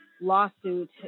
lawsuit